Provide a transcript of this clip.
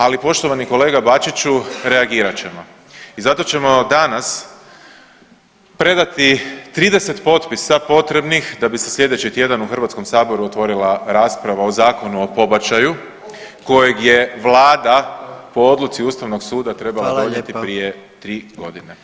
Ali, poštovani kolega Bačiću, reagirat ćemo i zato ćemo danas predati 30 potpisa potrebnih da bi se sljedeći tjedan u HS-u otvorila rasprava o zakonu o pobačaju kojeg je Vlada po odluci Ustavnog suda donijeti prije 3 godine.